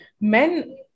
men